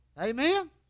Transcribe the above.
Amen